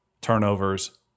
turnovers